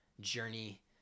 journey